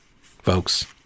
folks